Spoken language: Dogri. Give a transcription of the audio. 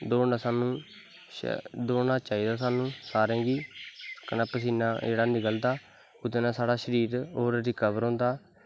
दौड़ाना साह्नू चाही दा सारें गी कनैं पसीनां जेह्ड़ा निकलदा ओह्दै नै शरीर साढ़ा होर रिकवर होंदा